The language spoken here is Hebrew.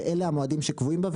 ואלה המועדים שקבועים בה,